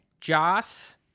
Joss